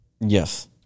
Yes